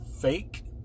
fake